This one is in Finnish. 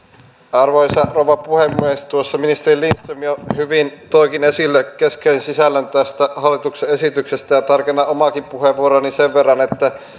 arvoisa rouva puhemies tuossa ministeri lindström jo hyvin toikin esille keskeisen sisällön tästä hallituksen esityksestä ja tarkennan omaakin puheenvuoroani sen verran että